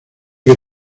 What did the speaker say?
que